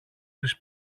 της